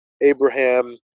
Abraham